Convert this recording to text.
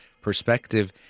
perspective